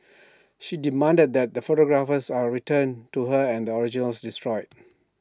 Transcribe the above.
she demanded that the photographs are returned to her and the originals destroyed